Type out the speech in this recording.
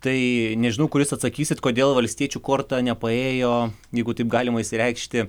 tai nežinau kuris atsakysit kodėl valstiečių korta nepaėjo jeigu taip galima išsireikšti